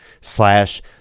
slash